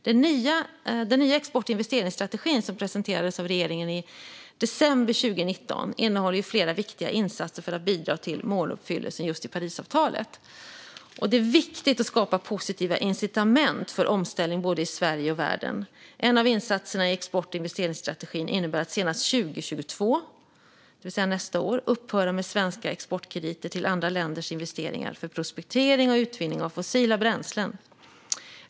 Den nya export och investeringsstrategin som presenterades av regeringen i december 2019 innehåller flera viktiga insatser för att bidra till måluppfyllelsen i just Parisavtalet. Det är viktigt att skapa positiva incitament för omställning både i Sverige och i världen. En av insatserna i export och investeringsstrategin innebär att senast 2022, det vill säga nästa år, upphöra med svenska exportkrediter till andra länders investeringar för prospektering och utvinning av fossila bränslen.